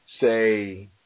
say